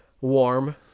warm